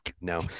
no